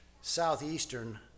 southeastern